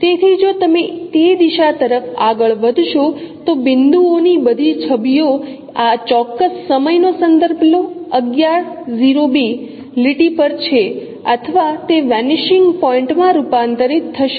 તેથી જો તમે તે દિશા તરફ આગળ વધશો તો બિંદુઓની બધી છબીઓ આ ચોક્કસ આ સમયનો સંદર્ભ લો 1102 લીટી પર છે અથવા તે વેનીશિંગ પોઇન્ટ માં રૂપાંતરિત થશે